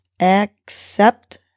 accept